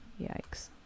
yikes